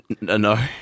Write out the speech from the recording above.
No